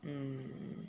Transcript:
mm